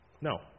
No